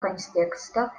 контекста